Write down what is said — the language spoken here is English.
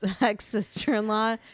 ex-sister-in-law